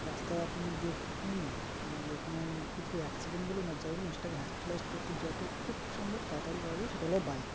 রাস্তায় আপনি দেখুন যে কোনো কিছু অ্যাক্সিডেন্ট বলুন বা যাই বলুন সেটাকে হসপিটালাইজড করতে যত খুব সম্ভব তাড়াতাড়ি করা যায় সেটা হলো বাইক